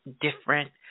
different